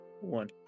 one